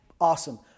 awesome